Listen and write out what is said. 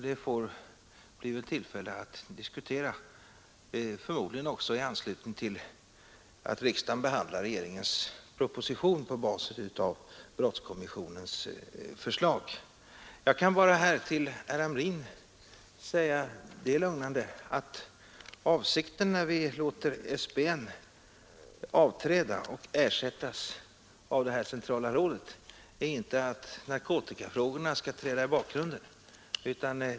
Det blir tillfälle att diskutera det, förmodligen också i anslutning till att riksdagen behandlar regeringens proposition på basis av brottskommissionens förslag. Jag kan bara här till herr Hamrin lämna det lugnande beskedet att avsikten när vi låter SBN avträda och ersättas av ett centralt råd inte är att narkotikafrågorna skall träda i bakgrunden.